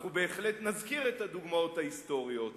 אנחנו בהחלט נזכיר את הדוגמאות ההיסטוריות,